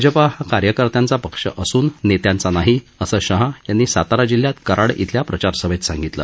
भाजपा हा कार्यकर्त्यांचा पक्ष असून नेत्यांचा नाही असं शहा यांनी सातारा जिल्ह्यात कराड इथल्या प्रचारसभेत सांगितलं